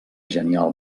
genial